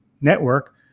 network